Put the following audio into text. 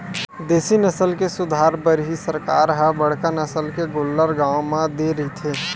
देसी नसल के सुधार बर ही सरकार ह बड़का नसल के गोल्लर गाँव म दे रहिथे